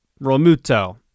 Romuto